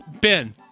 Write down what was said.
Ben